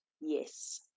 yes